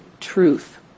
truth